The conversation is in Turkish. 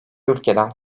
ülkeden